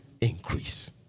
increase